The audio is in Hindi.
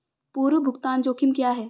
पूर्व भुगतान जोखिम क्या हैं?